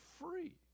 free